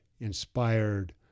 inspired